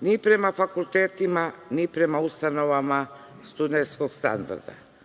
ni prema fakultetima, ni prema ustanovama studentskog